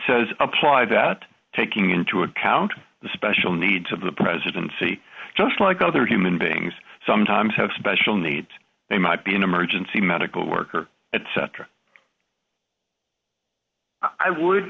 tez apply that taking into account the special needs of the presidency just like other human beings sometimes have special needs they might be an emergency medical worker etc i would